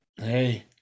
Hey